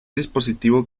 dispositivo